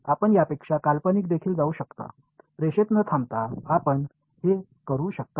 आपण यापेक्षा काल्पनिक देखील जाऊ शकता रेषेत न थांबता आपण हे करू शकता